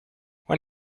when